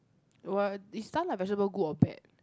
well is stun like vegetable good or bad